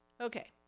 Okay